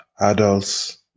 Adult's